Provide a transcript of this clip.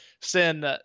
send